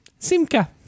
Simka